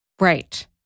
Right